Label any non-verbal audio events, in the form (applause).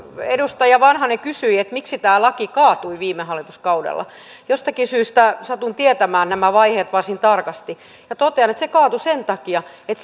edustaja vanhanen kysyi miksi tämä laki kaatui viime hallituskaudella jostakin syystä satun tietämään nämä vaiheet varsin tarkasti ja totean että se kaatui sen takia että (unintelligible)